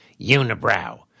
unibrow